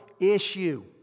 issue